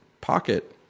pocket